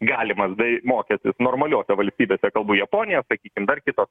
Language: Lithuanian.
galimas bei mokestis normaliose valstybėse kalbu japonija sakykim dar kitos